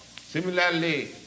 Similarly